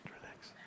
relax